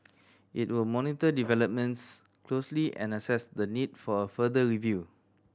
it will monitor developments closely and assess the need for a further review